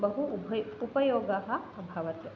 बहु उभय् उपयोगः अभवत्